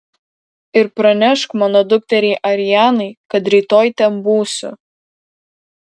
ir pranešk mano dukteriai arianai kad rytoj ten būsiu